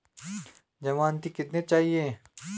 ज़मानती कितने चाहिये?